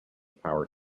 power